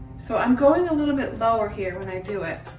so i'm going a little bit lower here when i do it.